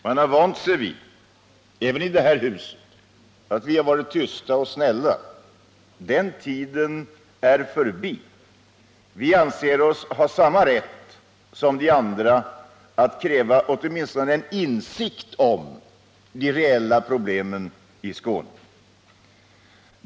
Man har vant sig vid — och det gäller även i det här huset —att vi har varit tysta och snälla. Men den tiden är förbi. Vi anser oss ha samma rätt som andra att åtminstone kräva en insikt om de reella problemen i Skåne.